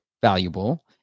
valuable